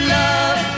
love